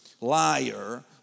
liar